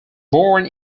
born